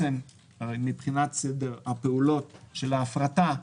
מבחינת סדר הפעולות של ההפרטה,